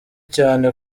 cyane